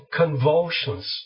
convulsions